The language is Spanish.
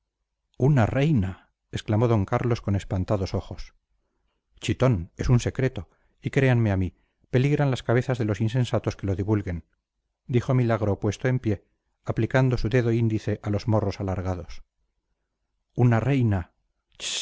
una reina exclamó d carlos con espantados ojos chitón es un secreto y créanme a mí peligran las cabezas de los insensatos que lo divulguen dijo milagro puesto en pie aplicando su dedo índice a los morros alargados una reina